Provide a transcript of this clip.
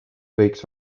võiks